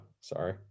sorry